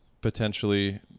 potentially